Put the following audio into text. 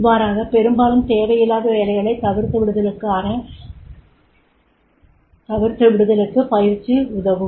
இவ்வாறாக பெரும்பாலும் தேவையில்லாத வேலைகளைத் தவிர்த்துவிடுதலுக்கு பயிற்சி உதவும்